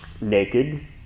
naked